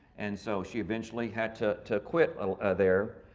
and so she eventually had to to quit there.